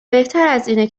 بهترازاینه